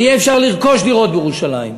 ויהיה אפשר לרכוש דירות בירושלים.